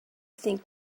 think